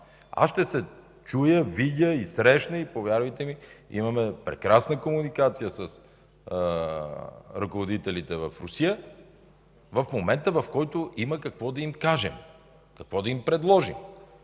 Аз ще се чуя, видя и срещна – и повярвайте, имаме прекрасна комуникация с ръководителите в Русия – в момента, когато имаме какво да им кажем, какво да им предложим.